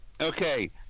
Okay